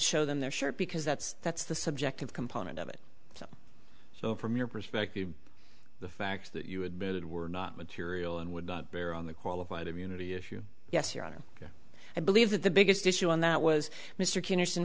show them their shirt because that's that's the subjective component of it so from your perspective the facts that you admitted were not material and would not bear on the qualified immunity issue yes your honor i believe that the biggest issue on that was mr